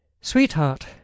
Sweetheart